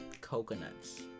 coconuts